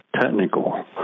technical